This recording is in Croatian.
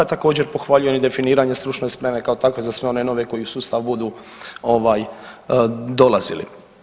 Također pohvaljujem i definiranje stručne spreme kao takve za sve one nove koji u sustav budu ovaj dolazili.